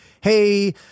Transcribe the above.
hey